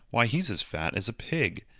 why, he's as fat as a pig!